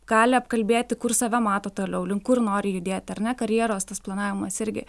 gali apkalbėti kur save mato toliau link kur nori judėti ar ne karjeros tas planavimas irgi